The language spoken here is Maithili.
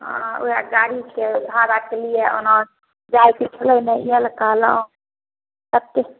हँ ओहए गाड़ीके भाड़ा केयलियै ओना जायकेँ छलै ने इहए लै कहलहुँ कतेक